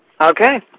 Okay